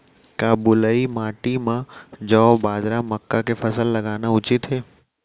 का बलुई माटी म जौ, बाजरा, मक्का के फसल लगाना उचित हे?